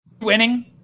winning